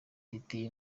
iteye